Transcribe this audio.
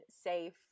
safe